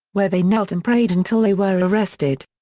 where they knelt and prayed until they were arrested.